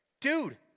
dude